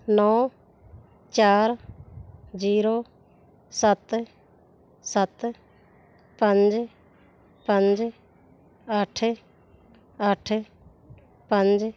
ਨੌ ਚਾਰ ਜੀਰੋ ਸੱਤ ਸੱਤ ਪੰਜ ਪੰਜ ਅੱਠ ਅੱਠ ਪੰਜ